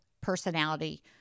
personality